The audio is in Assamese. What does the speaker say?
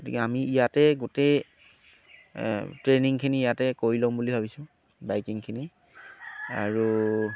গতিকে আমি ইয়াতে গোটেই ট্ৰেইনিংখিনি ইয়াতে কৰি ল'ম বুলি ভাবিছোঁ বাইকিংখিনি আৰু